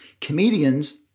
comedians